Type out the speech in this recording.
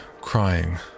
crying